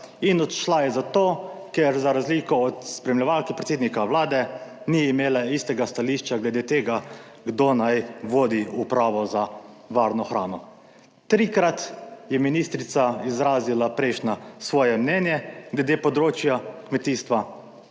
in odšla je zato, ker za razliko od spremljevalke predsednika Vlade ni imela istega stališča glede tega kdo naj vodi Upravo za varno hrano. Trikrat je ministrica izrazila prejšnje svoje mnenje glede področja kmetijstva